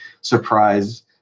surprise